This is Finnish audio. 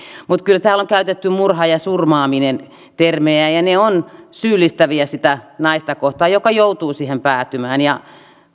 mutta kyllä täällä on käytetty termejä murha ja surmaaminen ja ne ovat syyllistäviä sitä naista kohtaan joka joutuu siihen päätymään